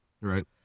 Right